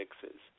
fixes